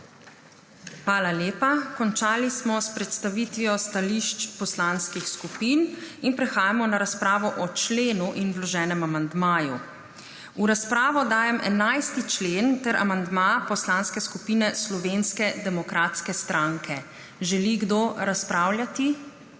Hvala lepa. Končali smo s predstavitvijo stališč poslanskih skupin in prehajamo na razpravo o členu in vloženem amandmaju. V razpravo dajem 11. člen ter amandma Poslanske skupine SDS. Želi kdo razpravljati?